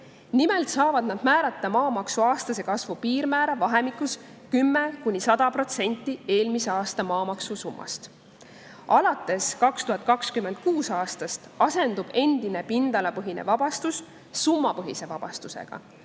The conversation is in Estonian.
Nimelt saavad nad määrata maamaksu aastase kasvu piirmäära vahemikus 10–100% eelmise aasta maamaksu summast. Alates 2026. aastast asendub endine pindalapõhine vabastus summapõhise vabastusega.